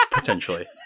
Potentially